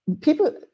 people